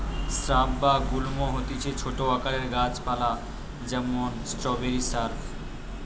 shrub বা গুল্ম হতিছে ছোট আকারের গাছ পালা যেমন স্ট্রওবেরি শ্রাব